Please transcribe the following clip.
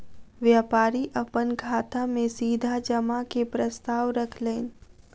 व्यापारी अपन खाता में सीधा जमा के प्रस्ताव रखलैन